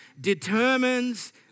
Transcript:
determines